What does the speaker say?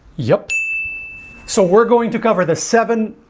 yep so we're going to cover the seven